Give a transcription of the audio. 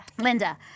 linda